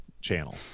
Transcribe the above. channel